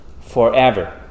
forever